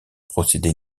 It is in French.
procédé